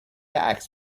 عکس